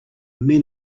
men